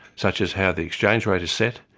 such as how the exchange rate is set,